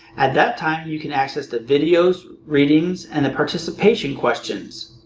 at that time, you can access the videos, readings, and the participation questions.